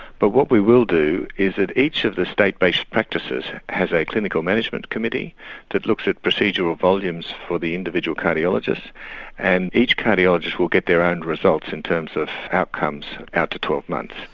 but what we will do is that each of the state based practices has a clinical management committee that looks at procedural volumes for the individual cardiologist and each cardiologist will get their own results in terms of outcomes out to twelve months.